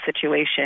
situation